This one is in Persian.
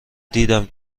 دیدم